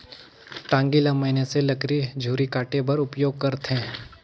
टागी ल मइनसे लकरी झूरी काटे बर उपियोग करथे